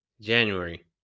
January